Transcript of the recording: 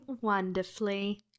wonderfully